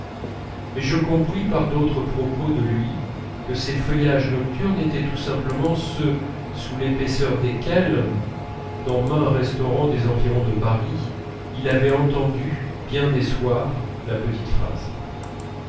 mais je compris par d'autres propos de lui que ces feuillages nocturnes étaient tout simplement ceux sous l'épaisseur desquels dans maint restaurant des environs de paris il avait entendu bien des soirs la petite phrase